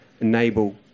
enable